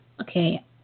Okay